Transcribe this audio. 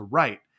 right